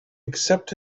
except